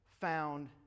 found